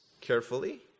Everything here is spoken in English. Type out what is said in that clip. carefully